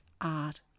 art